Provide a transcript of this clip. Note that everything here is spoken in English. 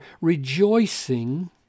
rejoicing